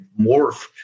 morphed